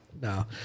No